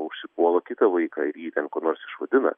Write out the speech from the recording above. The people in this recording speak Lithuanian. užsipuola kitą vaiką ir jį ten kuo nors išvadina